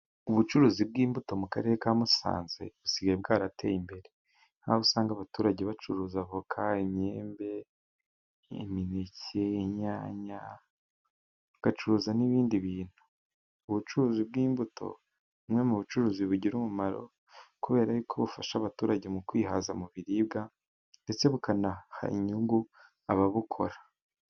Ubucuruzi bw'imbuto mu karere ka Musanze busigaye bwarateye imbere, aho usanga abaturage bacuruza: avoka, imyembe, imineke, inyanya, bagacuruza n'ibindi bintu. Ubucuruzi bw'imbuto ni bumwe mu bucuruzi bugira umumaro kubera ko bufasha abaturage mu kwihaza mu biribwa, ndetse bukanaha inyungu ababukora.